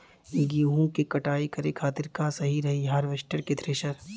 गेहूँ के कटाई करे खातिर का सही रही हार्वेस्टर की थ्रेशर?